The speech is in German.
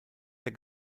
der